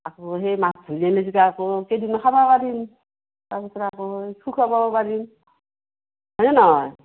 আকৌ সেই মাছ ধৰি আনে যদি আকৌ কেইদিনমান খাবা পাৰিম তাৰপাছত আকৌ শুখাবও পাৰিম হয়নে নহয়